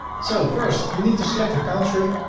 so first you need to select your country,